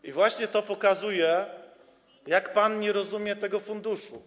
I właśnie to pokazuje, jak pan nie rozumie tego funduszu.